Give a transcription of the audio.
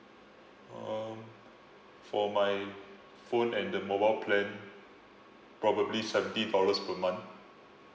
um for my phone and the mobile plan probably seventy dollars per month